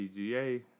PGA